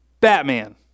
Batman